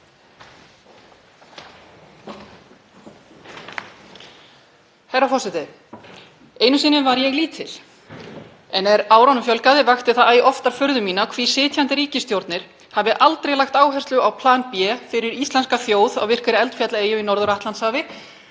Herra forseti. Einu sinni var ég lítil en er árunum fjölgaði vakti það æ oftar furðu mína hví sitjandi ríkisstjórnir hefðu aldrei lagt áherslu á plan B fyrir íslenska þjóð á virkri eldfjallaeyju í Norður-Atlantshafi,